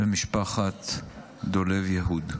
למשפחת דולב יהוד.